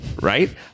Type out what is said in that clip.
right